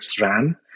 RAM